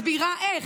אני מסבירה איך.